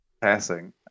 passing